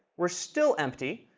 we're still empty,